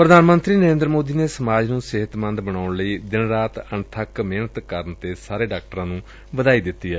ਪ੍ਰਧਾਨ ਮੰਤਰੀ ਨਰੇਦਰ ਮੋਦੀ ਨੇ ਸਮਾਜ ਨੂੰ ਸਿਹਤਮੰਦ ਬਣਾਊਣ ਲਈ ਦਿਨ ਰਾਤ ਅਣਥੱਕ ਮਿਹਨਤ ਕਰਨ ਤੇ ਸਾਰੇ ਡਾਕਟਰਾਂ ਨੂੰ ਵਧਾਈ ਦਿੱਤੀ ਏ